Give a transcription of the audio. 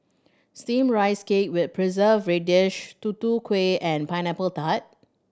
steam rice cake with preserve radish Tutu Kueh and Pineapple Tart